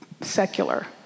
secular